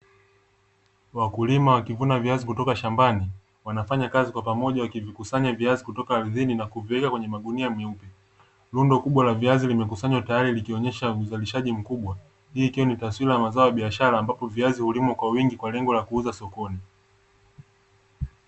Wakulima wakivuna viazi kutoka shambani wanafanya kazi kwa pamoja wakivikusanya viazi kutoka ardhini na kuviweka kwenye magunia meupe. Rundo kubwa la viazi limekusanywa tayari likionyesha uzalishaji mkubwa hii ikiwa ni taswira ya mazao ya biashara ambapo viazi hulimwa kwa wingi kwa lengo la kuuza sokoni.